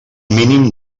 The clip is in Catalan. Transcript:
mínim